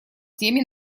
теме